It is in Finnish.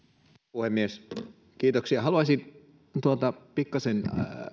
puhemies haluaisin pikkasen